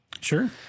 Sure